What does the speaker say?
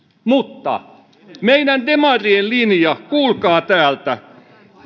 mutta meidän demarien linja kuulkaa täältä